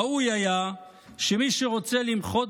ראוי היה שמי שרוצה למחות,